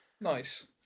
Nice